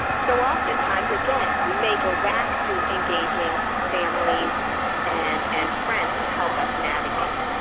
so oftentimes again we may go back to engaging families and and friends to help us navigate.